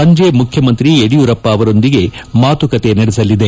ಸಂಜೆ ಮುಖ್ಯಮಂತ್ರಿ ಯಡಿಯೂರಪ್ಪ ಅವರೊಂದಿಗೆ ಮಾತುಕತೆ ನಡೆಸಲಿದೆ